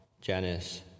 Janice